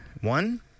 one